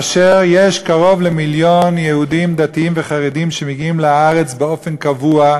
יש קרוב למיליון יהודים דתיים וחרדים שמגיעים לארץ באופן קבוע,